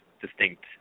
distinct